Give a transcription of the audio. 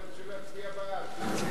הייתם צריכים להצביע בעד.